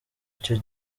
icyo